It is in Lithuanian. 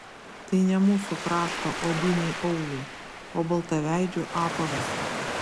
tai ne mūsų krašto odiniai aulai o baltaveidžių apavas